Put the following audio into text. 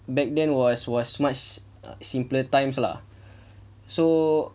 back then was was much simpler times lah so